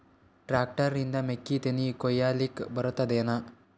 Tractor ನಿಂದ ಮೆಕ್ಕಿತೆನಿ ಕೊಯ್ಯಲಿಕ್ ಬರತದೆನ?